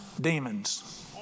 demons